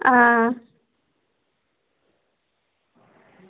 आं